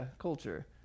culture